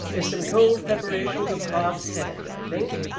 is some cold preparation of calf's head, i think.